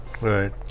Right